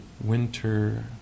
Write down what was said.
winter